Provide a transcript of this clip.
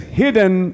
hidden